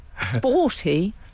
Sporty